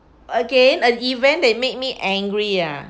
again an event that made me angry ah